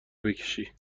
بکشی